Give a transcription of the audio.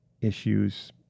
issues